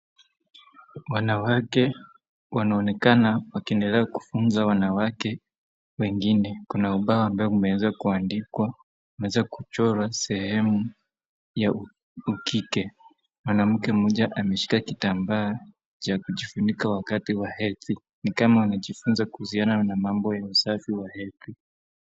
Wanawake wanaonekana wakiendelea kufunza wanawake wengine. Kuna ubao ambao umeweza kuandikwa, umeweza kuchorwa sehemu ya ukike. Mwanamke mmoja ameshika kitambaa cha kujifunika wakati wa hedhi, ni kama wanajifunza kuhusiana na mambo ya usafi wa hedhi.